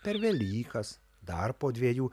per velykas dar po dviejų